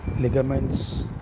ligaments